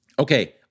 Okay